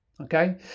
okay